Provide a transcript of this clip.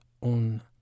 on